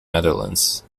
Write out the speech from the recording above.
netherlands